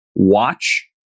watch